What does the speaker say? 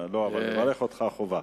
אבל לברך אותך, חובה.